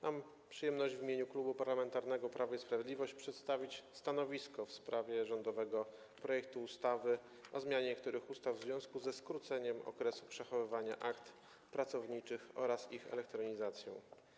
Mam przyjemność w imieniu Klubu Parlamentarnego Prawo i Sprawiedliwość przedstawić stanowisko w sprawie rządowego projektu ustawy o zmianie niektórych ustaw w związku ze skróceniem okresu przechowywania akt pracowniczych oraz ich elektronizacją.